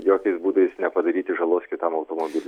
jokiais būdais nepadaryti žalos kitam automobiliui